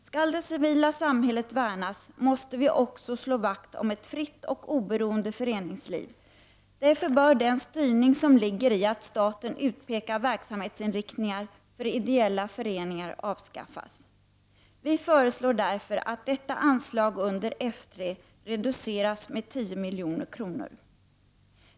Skall det civila samhället värnas, måste vi också slå vakt om ett fritt och oberoende föreningsliv. Därför bör den styrning som ligger i att staten utpekar verksamhetsinriktningar för ideella föreningar avskaffas. Vi föreslår därför att anslaget under F3 reduceras med 10 milj.kr.